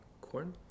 corn